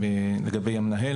לגבי המנהל,